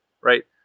right